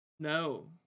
no